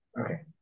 Okay